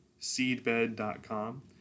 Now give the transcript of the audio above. seedbed.com